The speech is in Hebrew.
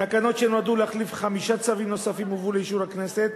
תקנות שנועדו להחליף חמישה צווים נוספים הובאו לאישור הכנסת,